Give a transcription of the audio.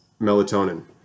Melatonin